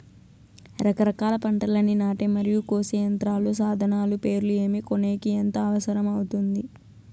రకరకాల పంటలని నాటే మరియు కోసే యంత్రాలు, సాధనాలు పేర్లు ఏమి, కొనేకి ఎంత అవసరం అవుతుంది?